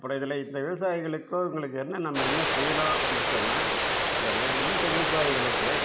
அப்புறம் இதில் இந்த விவசாயிகளுக்கும் இவங்களுக்கு என்ன நம்ம என்ன செய்யலாம் அப்படின்னு சொன்னால் அந்த இந்த விவசாயிகளுக்கு